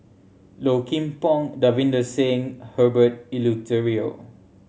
Low Kim Pong Davinder Singh Herbert Eleuterio